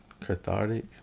cathartic